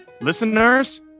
listeners